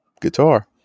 guitar